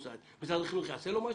משרד החינוך יעשה לו משהו?